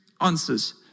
answers